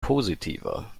positiver